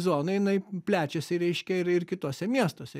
zonai plečiasi reiškia ir ir kituose miestuose